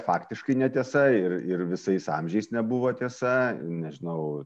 faktiškai netiesa ir ir visais amžiais nebuvo tiesa nežinau